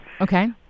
Okay